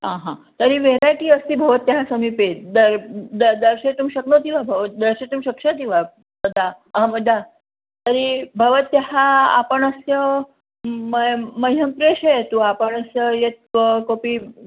आहा तर्हि वेरैटी अस्ति भवत्याः समीपे द द दर्शयितुं शक्नोति वा भवती दर्शयितुं शक्ष्यति वा तदा अहं यदा तर्हि भवत्याः आपणस्य मह्यं मह्यं प्रेषयतु आपणस्य यत् वा कोपि